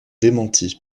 démentie